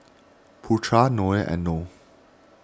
Putra Noah and Noh